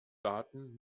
daten